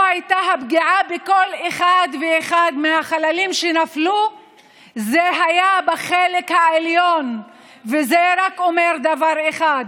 יש אחד שמדליק סיגר ולוגם שמפנייה ורודה,